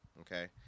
okay